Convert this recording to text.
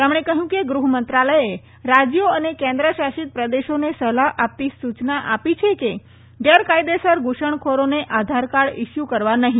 તેમણે કહયું કે ગૃહમંત્રાલયે રાજયો અને કેન્દ્ર શાસિત પ્રદેશોને સલાહ આપતી સુચના આપી છે કે ગેરકાયદેસર ઘુસણખોરોને આધારકાર્ડ ઈસ્યુ કરવા નહી